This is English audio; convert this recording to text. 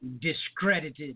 discredited